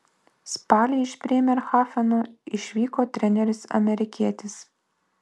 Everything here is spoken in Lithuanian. spalį iš brėmerhafeno išvyko treneris amerikietis